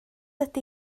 ydy